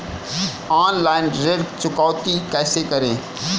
Online ऋण चुकौती कैसे करें?